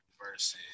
versus